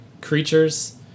creatures